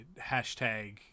hashtag